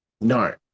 No